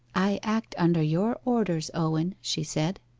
i act under your orders, owen she said.